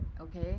okay